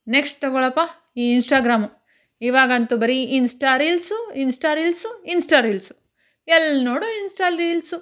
next ತಗೊಳ್ಳಪ್ಪಾ ಈ Instagram ಈವಾಗಂತೂ ಬರೀ insta reels insta reels insta reels ಎಲ್ಲ ನೋಡಿದ್ರೂ ಇನ್ಸ್ಟಾ ರೀಲ್ಸು